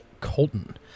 Colton